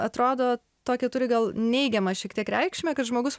atrodo tokią turi gal neigiamą šiek tiek reikšmę kad žmogus